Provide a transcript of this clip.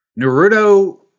Naruto